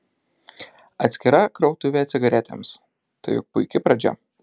atskira krautuvė cigaretėms tai juk puiki pradžia